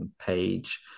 page